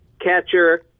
catcher